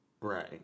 Right